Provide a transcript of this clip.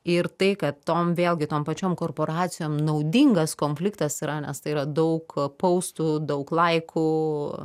ir tai kad tom vėlgi tom pačiom korporacijom naudingas konfliktas yra nes tai yra daug poustų daug laikų